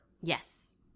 Yes